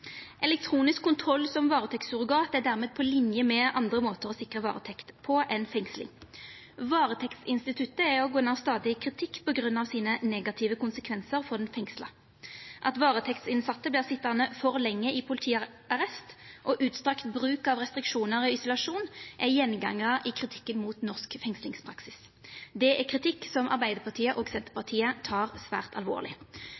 Elektronisk kontroll som varetektssurrogat er dermed på linje med andre måtar å sikra varetekt på enn fengsling. Varetektsinstituttet er under stadig kritikk på grunn av dei negative konsekvensane det har for den fengsla. At varetektsinnsette vert sitjande for lenge i politiarrest, og at det er utstrakt bruk av restriksjonar i isolasjon, er gjengangarar i kritikken mot norsk fengslingspraksis. Det er kritikk som Arbeidarpartiet og